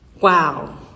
wow